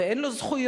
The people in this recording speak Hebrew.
ואין לו זכויות,